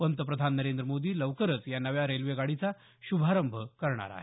पंतप्रधान नरेंद्र मोदी लवकरच या नव्या रेल्वे गाडीचा श्भारंभ करणार आहेत